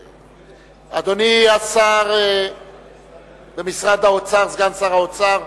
אדוני השר במשרד האוצר, סגן שר האוצר,